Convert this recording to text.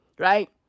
Right